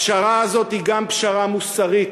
הפשרה הזאת היא גם פשרה מוסרית.